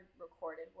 recorded